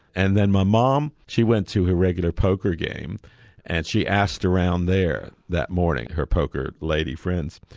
and then my mum, um she went to her regular poker game and she asked around there that morning, her poker lady friends,